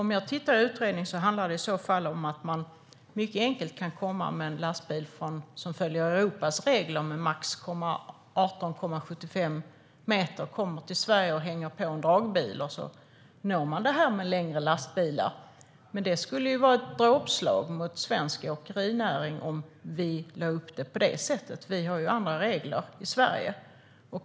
Om jag tittar i utredningen ser jag att det i så fall handlar om att man mycket enkelt kan komma till Sverige med en lastbil som följer Europas regler, max 18,75 meter, och hänga på en dragbil. Då når man det här med längre lastbilar. Men det skulle vara ett dråpslag mot svensk åkerinäring om vi lade upp det på det sättet. Vi har ju andra regler i Sverige.